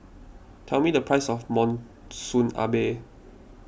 tell me the price of Monsunabe